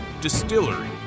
distillery